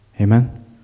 Amen